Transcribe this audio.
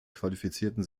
qualifizierten